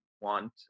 want